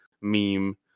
meme